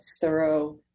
thorough